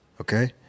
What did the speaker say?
Okay